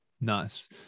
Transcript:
Nice